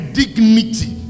dignity